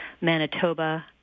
Manitoba